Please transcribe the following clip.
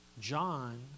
John